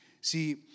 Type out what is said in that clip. See